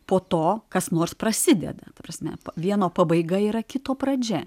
po to kas nors prasideda ta prasme vieno pabaiga yra kito pradžia